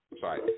Sorry